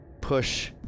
push